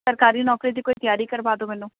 ਸਰਕਾਰੀ ਨੌਕਰੀ ਦੀ ਕੋਈ ਤਿਆਰੀ ਕਰਵਾ ਦਿਓ ਮੈਨੂੰ